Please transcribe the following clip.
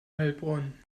heilbronn